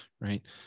right